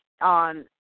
on